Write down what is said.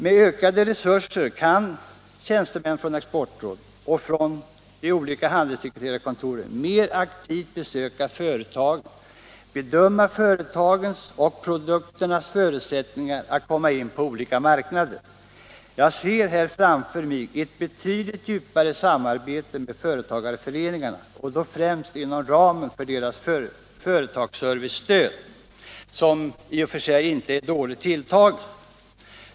Med ökade resurser på detta område kan tjänstemän vid Exportrådet och vid de olika handelssekreterarkontoren mer aktivt besöka företagen och bedöma dessas och produkternas förutsättningar att komma in på olika marknader. Jag ser fram emot ett betydligt djupare samarbete med företagarföreningarna, då främst inom ramen för deras företagsservicestöd, som i och för sig inte är knappt tilltaget.